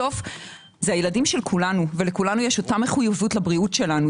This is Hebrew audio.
בסוף זה הילדים של כולנו ולכולנו יש אותה מחויבות לבריאות שלנו.